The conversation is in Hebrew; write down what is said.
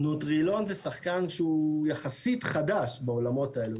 נוטרילון זה שחקן שהוא יחסית חדש בעולמות האלו.